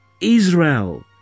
Israel